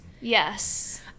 yes